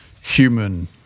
human